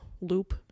loop